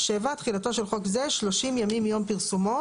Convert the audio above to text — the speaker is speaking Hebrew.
תחילה 7. תחילתו של חוק זה 30 ימים מיום פרסומו.